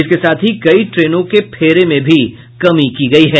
इसके साथ ही कई ट्रेनों के फरे में भी कमी की गयी है